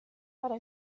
para